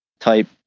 type